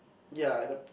ya at the